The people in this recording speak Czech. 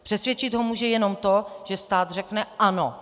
Přesvědčit ho může jenom to, že stát řekne: Ano!